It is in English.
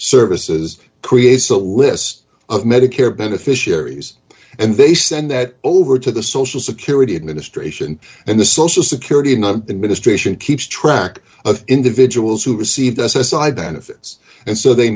services creates a list of medicare beneficiaries and they send that over to the social security administration and the social security number ministration keeps track of individuals who receive side benefits and so they